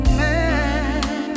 man